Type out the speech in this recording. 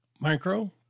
Micro